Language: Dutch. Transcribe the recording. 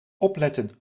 opletten